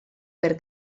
per